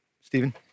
Stephen